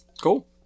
Cool